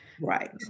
Right